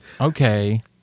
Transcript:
okay